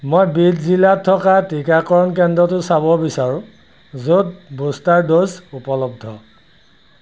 মই বিদ জিলাত থকা টিকাকৰণ কেন্দ্ৰটো চাব বিচাৰোঁ য'ত বুষ্টাৰ ড'জ উপলব্ধ